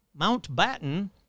Mountbatten